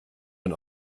und